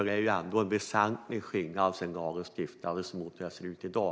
Det är ju en väsentlig skillnad mellan hur det var när lagen stiftades och hur det ser ut i dag.